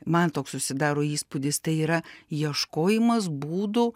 man toks susidaro įspūdis tai yra ieškojimas būdų